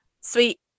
Sweet